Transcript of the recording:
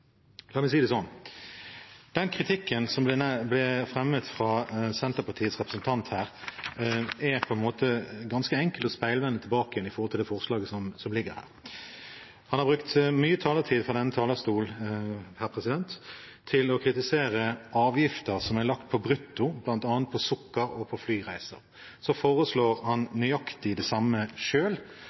La meg si det sånn: Den kritikken som ble fremmet av Senterpartiets representant her, er på en måte ganske enkel å speilvende i forhold til det forslaget som ligger her. Han har brukt mye taletid på denne talerstolen til å kritisere avgifter som er lagt på brutto, bl.a. på sukker og på flyreiser. Så foreslår han nøyaktig det samme